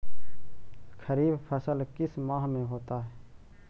खरिफ फसल किस माह में होता है?